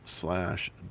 slash